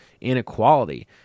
inequality